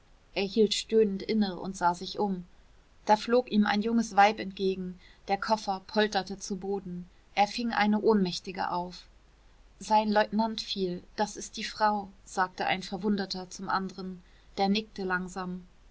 er hielt stöhnend inne und sah sich um da flog ihm ein junges weib entgegen der koffer polterte zu boden er fing eine ohnmächtige auf sein leutnant fiel das ist die frau sagte ein verwundeter zum anderen der nickte langsam